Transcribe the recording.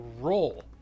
roll